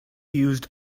used